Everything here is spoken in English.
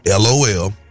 LOL